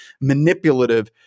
manipulative